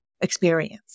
experience